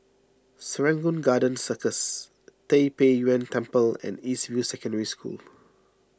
Serangoon Garden Circus Tai Pei Yuen Temple and East View Secondary School